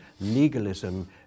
legalism